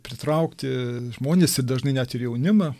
pritraukti žmones ir dažnai net ir jaunimą